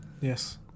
Yes